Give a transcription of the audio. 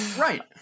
right